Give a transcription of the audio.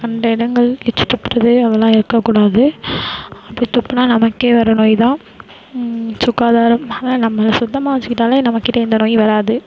கண்ட இடங்கள் எச்சில் துப்புறது அதெல்லாம் இருக்கக்கூடாது அப்படி துப்பினா நமக்கே வர நோய்தான் சுகாதாரம் அதான் நம்மளை சுத்தமாக வச்சுக்கிட்டாலே நம்மகிட்ட எந்த நோயும் வராது